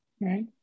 Right